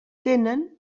tenen